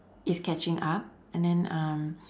is catching up and then um